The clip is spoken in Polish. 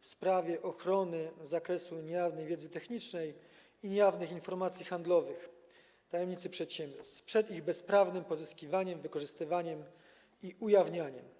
w sprawie ochrony zakresu niejawnej wiedzy technicznej i niejawnych informacji handlowych (tajemnic przedsiębiorstw) przed ich bezprawnym pozyskiwaniem, wykorzystywaniem i ujawnianiem.